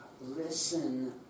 Listen